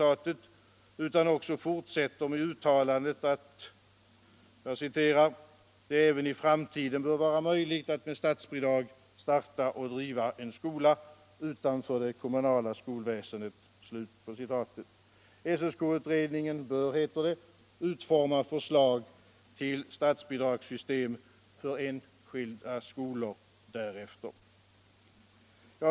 Men dessutom fortsätter de med uttalandet att det även Anslag till det i framtiden bör vara möjligt att med statsbidrag starta och driva en skola obligatoriska utanför det kommunala skolväsendet. SSK-utredningen bör, heter det, skolväsendet m.m. utforma förslag till ett statsbidragssystem för enskilda skolor därefter.